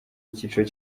icyiciro